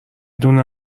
دونه